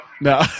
No